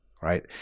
right